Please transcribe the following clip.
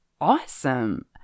awesome